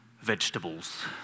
vegetables